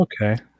Okay